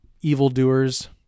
evildoers